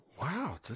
Wow